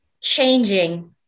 changing